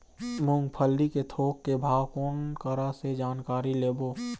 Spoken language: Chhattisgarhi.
मूंगफली के थोक के भाव कोन करा से जानकारी लेबो?